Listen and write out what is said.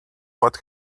what